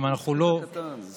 אם אנחנו לא ננקוט